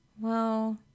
Well